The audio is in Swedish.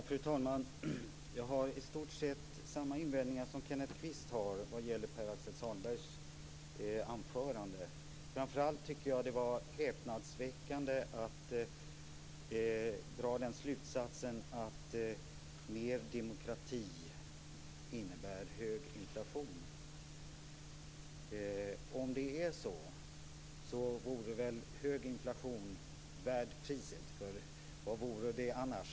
Fru talman! Jag har i stort sett samma invändningar som Kenneth Kvist har vad gäller Pär Axel Sahlbergs anförande. Framför allt tycker jag att det var häpnadsväckande att dra den slutsatsen att mer demokrati innebär hög inflation. Om det är så, vore väl hög inflation värd priset. Vad återstår annars?